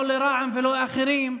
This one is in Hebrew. לא לרע"מ ולא לאחרים.